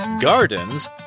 Gardens